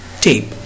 tape